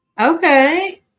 Okay